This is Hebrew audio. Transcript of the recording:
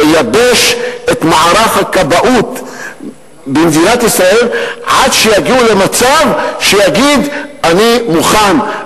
לייבש את מערך הכבאות במדינת ישראל עד שיגיעו למצב שיגיד אני מוכן,